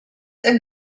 and